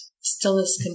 stillness